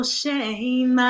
shame